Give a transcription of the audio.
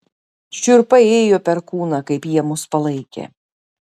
šiurpai ėjo per kūną kaip jie mus palaikė